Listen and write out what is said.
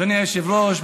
אדוני היושב-ראש,